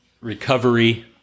recovery